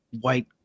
white